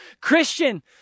Christian